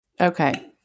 Okay